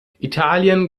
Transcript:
italien